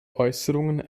äußerungen